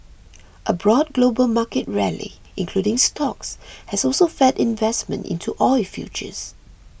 a broad global market rally including stocks has also fed investment into oil futures